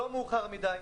לא מאוחר מדי,